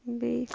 بیٚیہِ